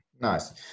Nice